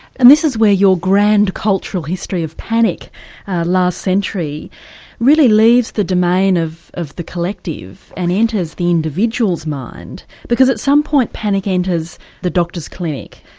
and this is where your grand cultural history of panic last century really leaves the domain of of the collective and enters the individual's mind because at some point panic enters the doctor's clinic.